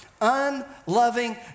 unloving